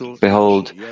Behold